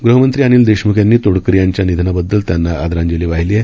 ग्हमंत्री अनिल देशम्ख यांनी तोडकरी यांच्या निधनाबद्दल त्यांना श्रद्धांजली वाहिली आहे